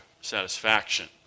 satisfaction